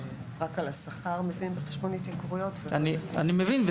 שרק על השכר מביאים בחשבון התייקרויות --- אני מבין,